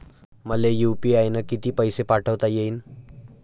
मले यू.पी.आय न किती पैसा पाठवता येईन?